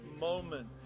moment